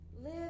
Live